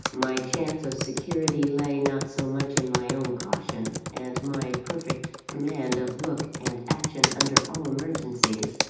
my chance of security lay, not so much in my own caution, and my perfect command of look and action under all emergencies,